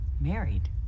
Married